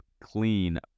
clean